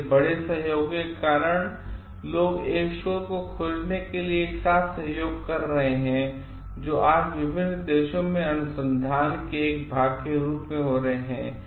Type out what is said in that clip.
इसलिए बड़े सहयोगों के कारण लोग एक शोध को खोजने के लिए एक साथ सहयोग कर रहे हैं जो आज विभिन्न देशों में अनुसंधान के एक भाग के रूप में हो रहे हैं